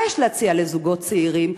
מה יש להציע לזוגות צעירים,